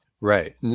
Right